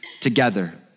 together